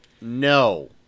no